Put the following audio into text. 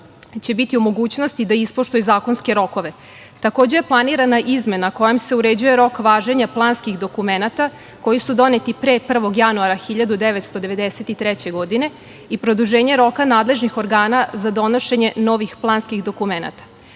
će biti u mogućnosti da ispoštuje zakonske rokove. Takođe je planirana izmena kojom se uređuje rok važenja planskih dokumenata koji su doneti pre 1. januara 1993. godine i produženje roka nadležnih organa za donošenje novih planskih dokumenata. Kada